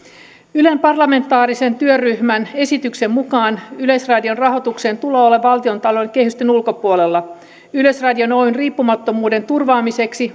ylen parlamentaarisen työryhmän esityksen mukaan yleisradion rahoituksen tulee olla valtiontalouden kehysten ulkopuolella yleisradio oyn riippumattomuuden turvaamiseksi